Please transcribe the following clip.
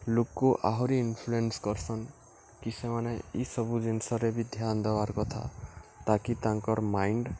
ଲୋକ୍କୁ ଆହୁରି ଇନ୍ଫ୍ଲୁଏନ୍ସ କର୍ସନ୍ କି ସେମାନେ ଇସବୁ ଜିନିଷରେ ବି ଧ୍ୟାନ ଦେବାର୍ କଥା ତାକି ତାଙ୍କର୍ ମାଇଣ୍ଡ୍